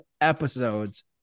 episodes